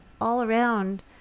all-around